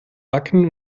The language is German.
backen